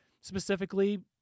Specifically